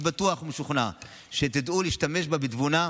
אני בטוח ומשוכנע שתדעו להשתמש בה בתבונה,